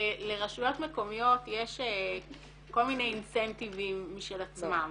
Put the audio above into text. לרשויות מקומיות יש כל מיני אינסנטיבים משל עצמם.